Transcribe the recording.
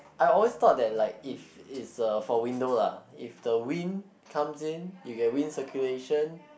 I always thought that like if it's a for window lah if the wind comes in you get wind circulation